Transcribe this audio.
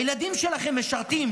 הילדים שלכם משרתים,